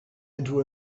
into